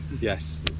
Yes